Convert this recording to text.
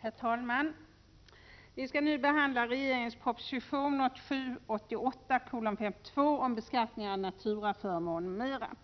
Herr talman! Vi skall nu behandla regeringens proposition 1987/88:52 om beskattning av naturaförmåner m.m.